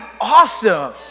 awesome